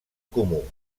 comú